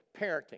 parenting